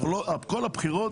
כל הבחירות,